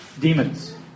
Demons